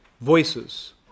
voices